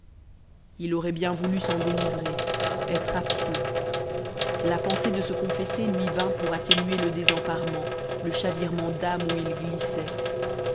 il aurait bien voulu s'en délivrer être absous la pensée de se confesser lui vint pour atténuer le désemparement le chavirement d'âme où il glissait